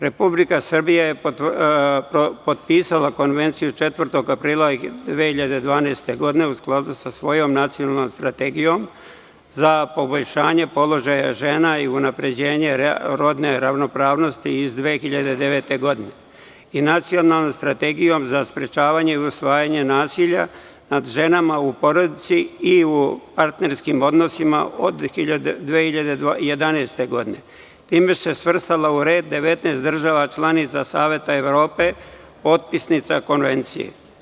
Republika Srbija je potpisala Konvenciju 4. aprila 2012. godine u skladu sa svojom Nacionalnom strategijom za poboljšanje položaja žena i unapređenje rodne ravnopravnosti iz 2009. godine i Nacionalnom strategijom za sprečavanje i suzbijanja nasilja nad ženama u porodici i u partnerskim odnosima iz 2011. godine i time se svrstalau red 19 država članica Saveta Evrope potpisnica Konvencije.